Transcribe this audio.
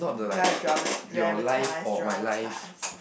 then I drama dramatise dramatise